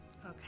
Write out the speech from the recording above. okay